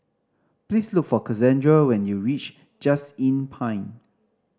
please look for Cassandra when you reach Just Inn Pine